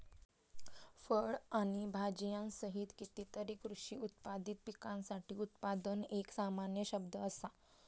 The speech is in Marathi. फळ आणि भाजीयांसहित कितीतरी कृषी उत्पादित पिकांसाठी उत्पादन एक सामान्य शब्द असा